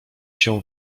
się